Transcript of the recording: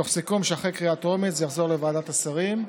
תוך סיכום שאחרי קריאה טרומית זה יחזור לוועדת השרים,